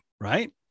right